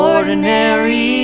Ordinary